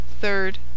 third